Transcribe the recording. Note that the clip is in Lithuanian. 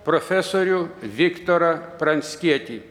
profesorių viktorą pranckietį